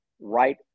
right